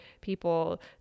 people